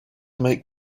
make